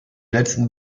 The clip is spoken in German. letzten